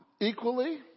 equally